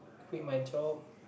quit my job